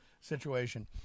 situation